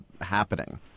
happening